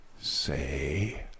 say